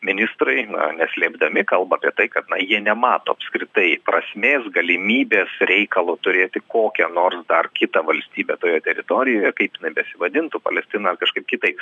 ministrai na neslėpdami kalba apie tai kad na jie nemato apskritai prasmės galimybės reikalo turėti kokią nors dar kitą valstybę toje teritorijoje kaip ji besivadintų palestina kažkaip kitaip